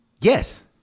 Yes